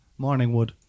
Morningwood